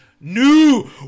new